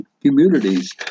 communities